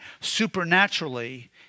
supernaturally